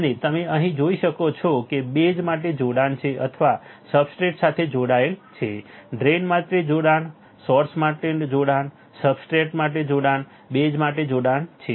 અને તમે અહીં જોઈ શકો છો કે બેઝ માટે જોડાણ છે અથવા સબસ્ટ્રેટ સાથે જોડાયેલ છે ડ્રેઇન માટે જોડાણ સોર્સ માટે જોડાણ સબસ્ટ્રેટ માટે જોડાણ બેઝ માટે જોડાણ છે